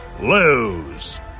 lose